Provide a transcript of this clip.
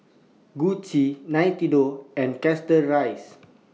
Gucci Nintendo and Chateraise